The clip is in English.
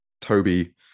toby